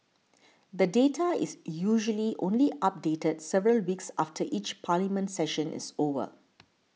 the data is usually only updated several weeks after each Parliament session is over